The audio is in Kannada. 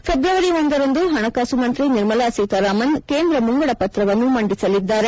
ಫೆಬ್ರುವರಿ ಒಂದರಂದು ಹಣಕಾಸು ಮಂತ್ರಿ ನಿರ್ಮಲಾ ಸೀತಾರಾಮನ್ ಕೇಂದ್ರ ಮುಂಗಡ ಪತ್ರವನ್ನು ಮಂದಿಸಲಿದ್ದಾರೆ